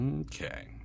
Okay